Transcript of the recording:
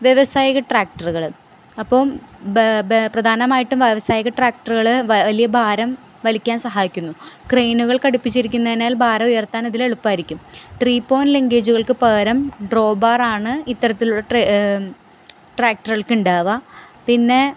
വ്യാവസായിക ട്രാക്ടറുകള് അപ്പോള് പ്രധാനമായിട്ടും വ്യവസായിക ട്രാക്ടറുകള് വലിയ ഭാരം വലിക്കാൻ സഹായിക്കുന്നു ക്രെയിനുകൾ ഘടിപ്പിച്ചിരിക്കുന്നതിനാൽ ഭാരം ഉയർത്താൻ അതിലെളുപ്പമായിരിക്കും ത്രീ പോയിന്റ് ലിങ്കേജുകൾക്ക് പകരം ഡ്രോ ബാറാണ് ഇത്തരത്തിലുള്ള ട്രാക്ടറുകൾക്കുണ്ടാവുക പിന്നെ